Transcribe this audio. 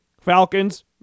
Falcons